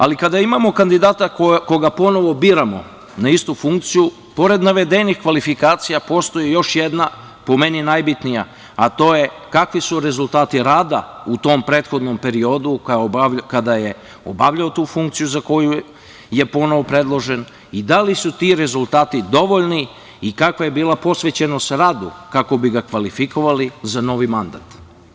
Ali, kada imamo kandidata koga ponovo biramo na istu funkciju, pored navedenih kvalifikacija, postoji još jedna, po meni najbitnija, a to je kakvi su rezultati rada u tom prethodnom periodu kada je obavljao tu funkciju za koju je ponovo predložen, i da li su ti rezultati dovoljni i kakva je bila posvećenost radu kako bi ga kvalifikovali za novi mandat.